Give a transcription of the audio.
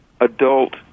adult